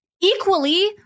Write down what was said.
equally